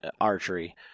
archery